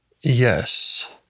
Yes